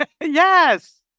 Yes